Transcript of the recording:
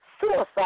suicide